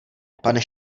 pane